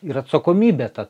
ir atsakomybė tad